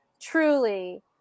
truly